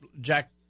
Jack